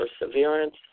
perseverance